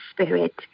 Spirit